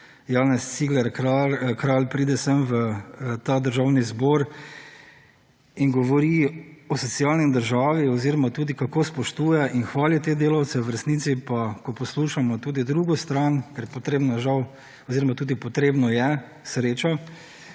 Janez Cigler Kralj pride sem v Državni zbor in govori o socialni državi oziroma tudi kako spoštuje in hvali te delavce, v resnici pa ko poslušamo tudi drugo stran, ker potrebno je, žal, oziroma tudi potrebno je sreča,